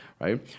right